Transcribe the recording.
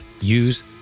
use